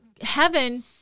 heaven